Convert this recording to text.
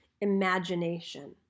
imagination